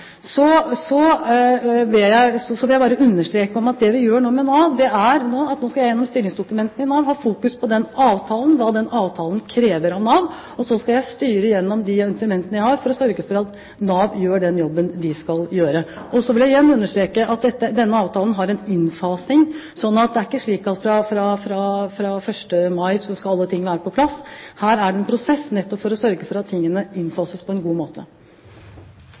gjør med Nav nå, er at jeg skal gå gjennom styringsdokumentene, ha fokus på den avtalen og hva den avtalen krever av Nav. Så skal jeg styre, gjennom de instrumentene jeg har, for å sørge for at Nav gjør den jobben Nav skal gjøre. Jeg vil igjen understreke at denne avtalen har en innfasing. Det er ikke slik at fra 1. mai skal alle ting være på plass. Her er det en prosess, nettopp for å sørge for at tingene innfases på en god måte.